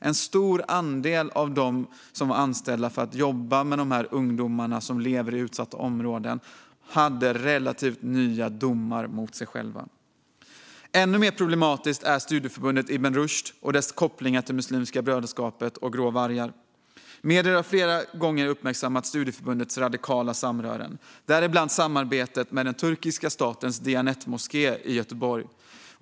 En stor andel av dem som var anställda för att jobba med dessa ungdomar i utsatta områden hade relativt nya domar mot sig. Ännu mer problematiskt är studieförbundet Ibn Rushd och dess kopplingar till Muslimska brödraskapet och Grå vargarna. Medier har flera gånger uppmärksammat studieförbundets radikala samrören, däribland samarbetet med den turkiska statens Diyanetmoskéer i Göteborg.